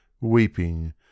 Weeping